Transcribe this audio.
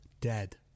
dead